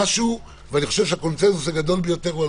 ואני חושב שהקונצנזוס הגדול ביותר הוא על